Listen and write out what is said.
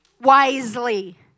Wisely